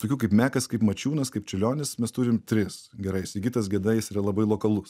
tokių kaip mekas kaip mačiūnas kaip čiurlionis mes turim tris gerai sigitas geda jis yra labai lokalus